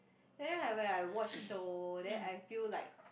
and then like when I watch show then I feel like